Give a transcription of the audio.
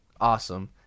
awesome